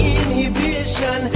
inhibition